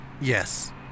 Yes